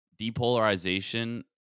depolarization